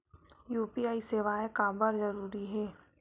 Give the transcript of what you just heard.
UPI सेवाएं काबर जरूरी हे?